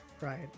Right